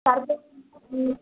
তার বেশি